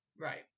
Right